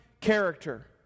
character